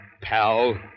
pal